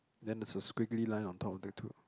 then there's a squiggly line on top of the two